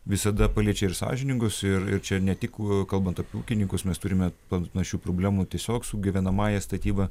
visada paliečia ir sąžiningus ir ir čia ne tik kalbant apie ūkininkus mes turime panašių problemų tiesiog su gyvenamąja statyba